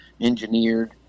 engineered